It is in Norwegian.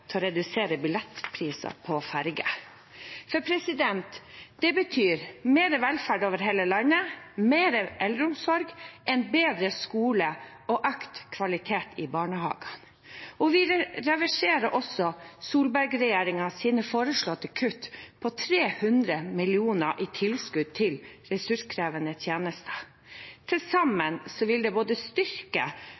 til å redusere billettpriser på ferger. Det betyr mer velferd over hele landet, mer eldreomsorg, en bedre skole og økt kvalitet i barnehagene. Vi reverserer også Solberg-regjeringens foreslåtte kutt på 300 mill. kr i tilskudd til ressurskrevende tjenester. Til